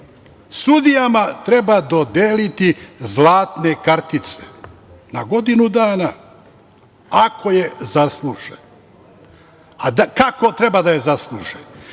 Sudijama treba dodeliti zlatne kartice na godinu dana, ako je zasluže. Kako treba da je zasluže? Ne